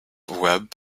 web